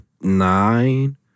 nine